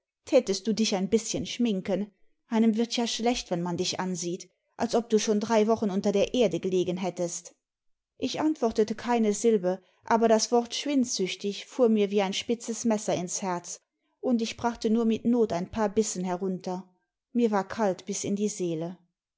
tätest du dich ein bißchen schminken einem wird ja schlecht wenn man dich ansieht als ob du schon drei wochen unter der erde gelegen hättest ich antwortete keine sube aber das wort schwindsüchtig fuhr mir wie ein spitzes messer ins herz und ich brachte nur mit not ein paar bissen herunter mir war kalt bis in die seele